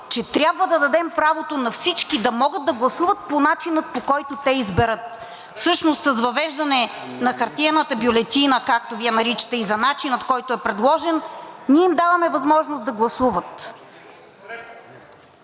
че трябва да дадем правото на всички да могат да гласуват по начина, по който те изберат. Всъщност с въвеждане на хартиената бюлетина, както Вие я наричате, и за начина, който е предложен, ние им даваме възможност да гласуват.